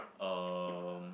uh